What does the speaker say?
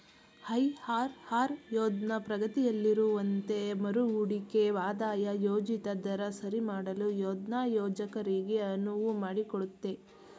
IRR ಯೋಜ್ನ ಪ್ರಗತಿಯಲ್ಲಿರುವಂತೆ ಮರುಹೂಡಿಕೆ ಆದಾಯ ಯೋಜಿತ ದರ ಸರಿಮಾಡಲು ಯೋಜ್ನ ಯೋಜಕರಿಗೆ ಅನುವು ಮಾಡಿಕೊಡುತ್ತೆ